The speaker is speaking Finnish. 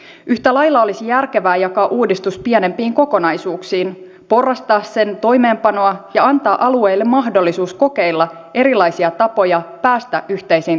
yhtä lailla olisi järkevää jakaa uudistus pienempiin kokonaisuuksiin porrastaa sen toimeenpanoa ja antaa alueille mahdollisuus kokeilla erilaisia tapoja päästä yhteisiin tavoitteisiin